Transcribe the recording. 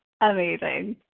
Amazing